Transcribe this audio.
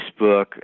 Facebook